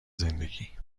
زندگی